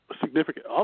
significant